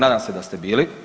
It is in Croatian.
Nadam se da ste bili.